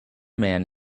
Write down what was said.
man